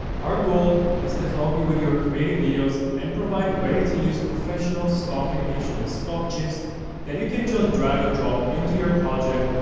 our goal is to help you with your creative videos and provide ready to use professional stock animation or and stock gifs that you can just drag and drop into your project,